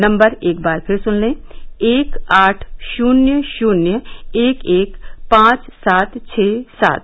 number एक बार फिर सुन लें एक आठ शुन्य शुन्य एक एक पांच सात छः सात